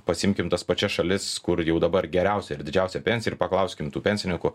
pasiimkim tas pačias šalis kur jau dabar geriausią ir didžiausią pensiją ir paklauskim tų pensininkų